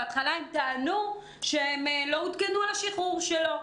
בהתחלה הם טענו שהם לא עודכנו על השחרור שלו.